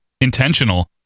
intentional